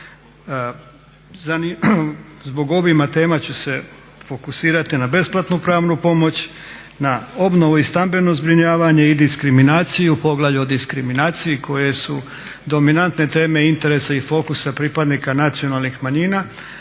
Zbog obima tema ću se fokusirati na besplatnu pravnu pomoć, na obnovu i stambeno zbrinjavanje i diskriminaciju, poglavlje o diskriminaciji koje su dominantne teme interesa i fokusa pripadnika nacionalnih manjina,